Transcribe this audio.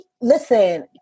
Listen